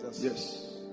Yes